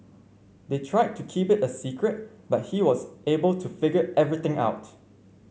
they tried to keep it a secret but he was able to figure everything out